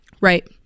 Right